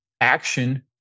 action